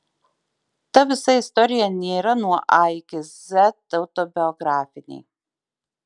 ta visa istorija nėra nuo a iki z autobiografinė